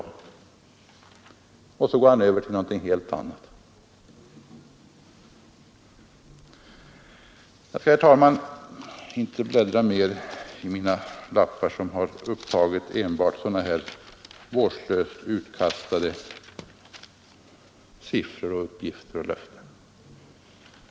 Och så går herr Lothigius över till något helt annat. Jag skall, herr talman, inte bläddra mer i mina anteckningslappar, som har upptagit enbart sådana vårdslöst utkastade siffror, uppgifter och löften.